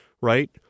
right